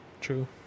True